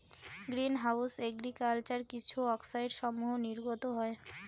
green house agriculture কিছু অক্সাইডসমূহ নির্গত হয়